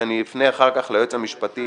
שאני אפנה אחר כך ליועץ המשפטי